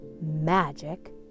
magic